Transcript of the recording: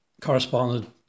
corresponded